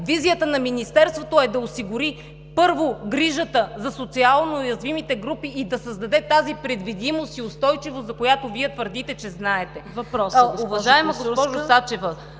визията на Министерството е да осигури първо грижата за социално уязвимите групи и да създаде тази предвидимост и устойчивост, за която Вие твърдите, че знаете! (Реплика от